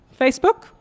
Facebook